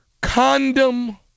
condom